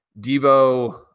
Debo